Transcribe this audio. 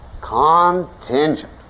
contingent